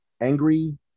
angry